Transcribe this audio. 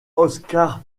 oskar